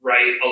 Right